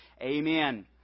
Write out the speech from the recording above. Amen